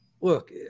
look